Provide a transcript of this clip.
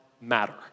matter